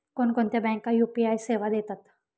कोणकोणत्या बँका यू.पी.आय सेवा देतात?